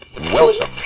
Welcome